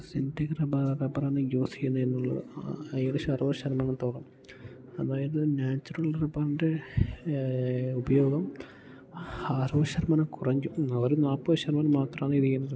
synthetic റബ്ബറാണ് റബ്ബറാണ് use ചെയ്യുന്നതെന്നുള്ളത് ഏകദേശം അറുപത് ശതമാനത്തോളം അതായത് നാച്ചുറൽ റബ്ബറിൻ്റെ ഉപയോഗം അറുപത് ശതമാനം കുറഞ്ഞു ഒരു നാല്പത് ശതമാനം മാത്രമാണ് ഇതു ചെയ്യുന്നത്